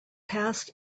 past